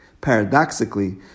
Paradoxically